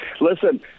Listen